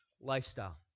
lifestyle